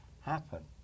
happen